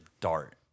Dart